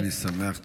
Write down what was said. אני שמח.